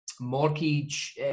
mortgage